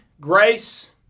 grace